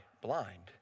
blind